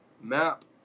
map